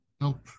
Nope